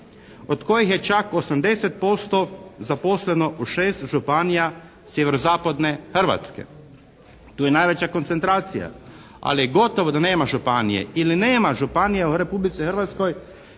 od kojih je čak 80% zaposleno u 6 županija sjeverozapadne Hrvatske. Tu je najveća koncentracija, ali je gotovo da nema županije ili nema županije u Republici Hrvatskoj